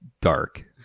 dark